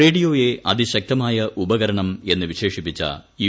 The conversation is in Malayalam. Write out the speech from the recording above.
റേഡിയോയെ അതിശക്തമായ ഉപകരണം എന്ന് വിശ്രേഷിപ്പിച്ച യു